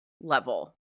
level